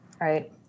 right